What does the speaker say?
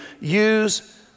use